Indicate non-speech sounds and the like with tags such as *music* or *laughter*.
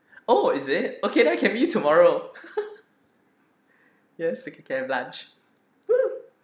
oh is it okay then can meet tomorrow *laughs* yes we can have lunch !woo!